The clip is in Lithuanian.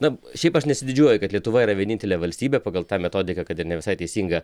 na šiaip aš nesididžiuoju kad lietuva yra vienintelė valstybė pagal tą metodiką kad ir ne visai teisingą